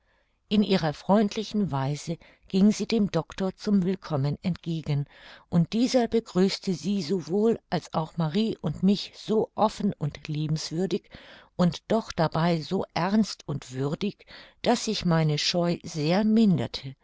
in ihrer freundlichen weise ging sie dem doctor zum willkommen entgegen und dieser begrüßte sie sowohl als auch marie und mich so offen und liebenswürdig und doch dabei so ernst und würdig daß sich meine scheu sehr minderte